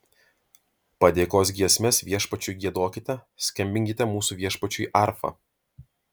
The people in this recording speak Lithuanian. padėkos giesmes viešpačiui giedokite skambinkite mūsų viešpačiui arfa